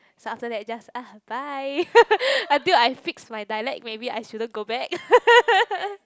so after that just ah bye until I fix my dialect maybe I shouldn't go back